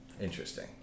Interesting